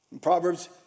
Proverbs